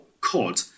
cod